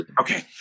Okay